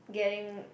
getting